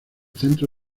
centro